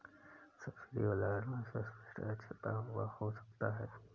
subsidy वाला ऋण स्पष्ट या छिपा हुआ हो सकता है